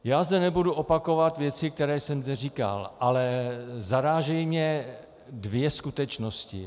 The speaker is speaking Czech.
Já zde nebudu opakovat věci, které jsem zde říkal, ale zarážejí mě dvě skutečnosti.